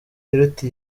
iruta